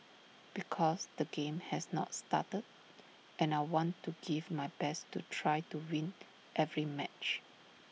because the game has not started and I want to give my best to try to win every match